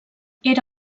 era